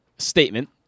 statement